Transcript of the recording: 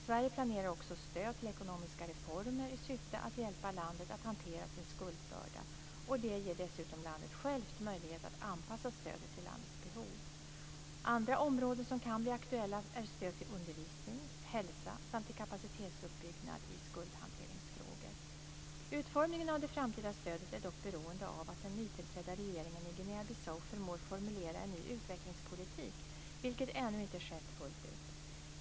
Sverige planerar också stöd till ekonomiska reformer i syfte att hjälpa landet att hantera sin skuldbörda. Det ger dessutom landet självt möjlighet att anpassa stödet till landets behov. Andra områden som kan bli aktuella är stöd till undervisning, hälsa samt till kapacitetsuppbyggnad i skuldhanteringsfrågor. Utformningen av det framtida stödet är dock beroende av att den nytillträdda regeringen i Guinea Bissau förmår formulera en ny utvecklingspolitik, vilket ännu inte skett fullt ut.